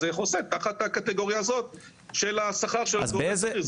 זה חוסה תחת הקטגוריה הזאת של השכר שלו כעובד שכיר.